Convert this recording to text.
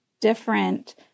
different